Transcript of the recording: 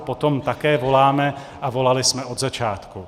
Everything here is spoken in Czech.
Po tom také voláme a volali jsme od začátku.